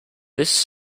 this